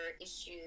issues